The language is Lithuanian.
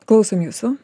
klausom jūsų